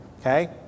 okay